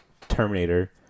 Terminator